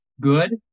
good